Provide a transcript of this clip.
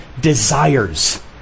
desires